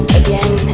again